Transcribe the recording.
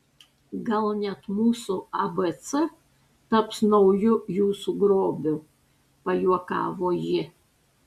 gal net mūsų abc taps nauju jūsų grobiu pajuokavo ji